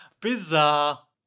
Bizarre